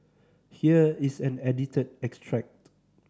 here is an edited extract